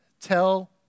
tell